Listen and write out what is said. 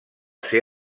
ser